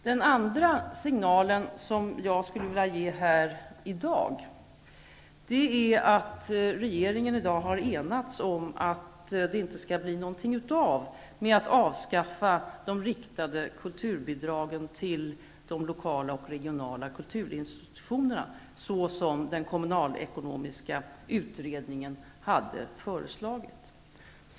Den andra signalen som jag skulle vilja ge här nu är att regeringen i dag har enats om att det inte skall bli någonting av med att avskaffa de riktade kulturbidragen till de lokala och regionala kulturinstitutionerna, så som den kommunalekonomiska utredningen hade föreslagit.